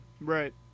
Right